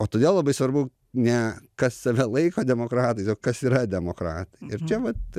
o todėl labai svarbu ne kas save laiko demokratais o kas yra demokratai ir čia vat